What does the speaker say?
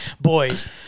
Boys